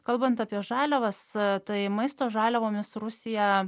kalbant apie žaliavas tai maisto žaliavomis rusija